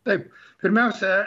taip pirmiausia